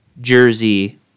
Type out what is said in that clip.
Jersey